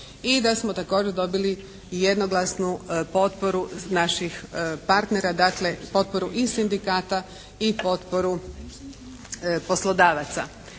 i da smo također dobili jednoglasnu potporu naših partnera, dakle potporu i sindikata i potporu poslodavaca.